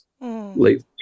late